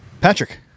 Patrick